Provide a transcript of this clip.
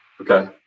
Okay